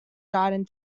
garden